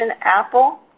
apple